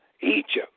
Egypt